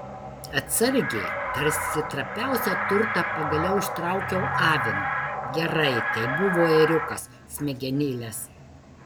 atsargiai tarsi trapiausią turtą pagaliau ištraukiau avino gerai tai buvo ėriukas smegenėles